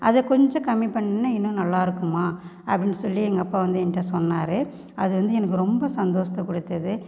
அத கொஞ்சம் கம்மி பண்ணினா இன்னும் நல்லாயிருக்குமா அப்படினு சொல்லி எங்கள் அப்பா வந்து என்கிட்ட சொன்னார் அது வந்து எனக்கு ரொம்ப சந்தோஷத்தை கொடுத்துது